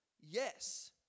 yes